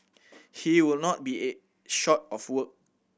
he would not be a short of work